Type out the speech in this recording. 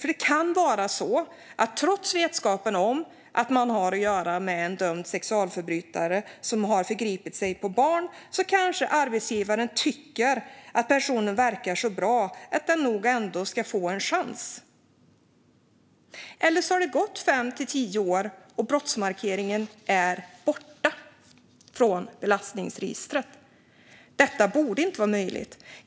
För det kan vara så att arbetsgivare, trots vetskapen om att man har att göra med en dömd sexualförbrytare som har förgripit sig på barn, ändå tycker att personen verkar så bra att den nog ska få en chans. Eller också har det gått fem till tio år och brottsmarkeringen är borttagen från belastningsregistret. Detta borde inte vara möjligt.